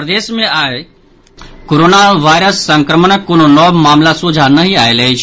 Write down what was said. प्रदेश मे आइ कोरोना वायरस संक्रमण कोनो नव मामिला सोझा नहि आयल अछि